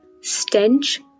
stench